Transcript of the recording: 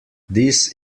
this